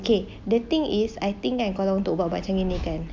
K the thing is I think kan kalau untuk ubat-ubat canggih ni kan